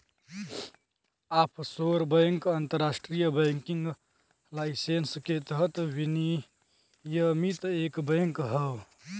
offshore bank अंतरराष्ट्रीय banking licence के तहत विनियमित एक बैंक हौ